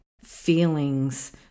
feelings